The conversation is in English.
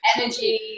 energy